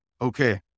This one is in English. Okay